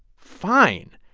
fine.